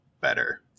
better